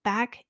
Back